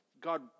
God